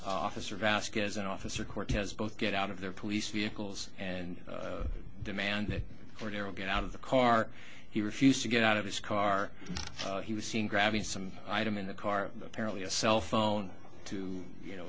officer vasquez and officer cortez both get out of their police vehicles and demand for darryl get out of the car he refused to get out of his car he was seen grabbing some item in the car apparently a cell phone to you know